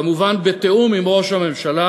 כמובן בתיאום עם ראש הממשלה,